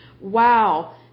Wow